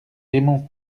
raymond